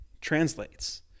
translates